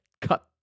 Cut